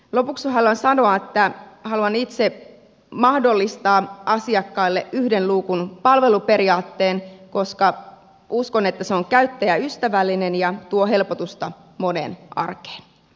lopuksi haluan sanoa että haluan itse mahdollistaa asiakkaille yhden luukun palveluperiaatteen koska uskon että se on käyttäjäystävällinen ja tuo helpotusta monen arkeen